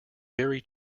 very